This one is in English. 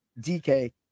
dk